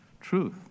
truth